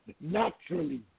naturally